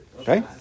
Okay